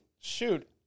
shoot